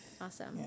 Awesome